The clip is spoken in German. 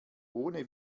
ohne